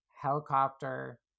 helicopter